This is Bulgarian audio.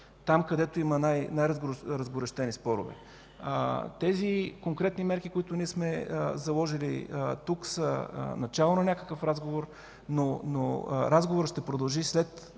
там, където има най-разгорещени спорове, тези конкретни мерки, които сме заложили тук, са начало на някакъв разговор, но разговорът ще продължи след